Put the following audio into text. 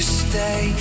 stay